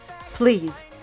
please